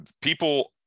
people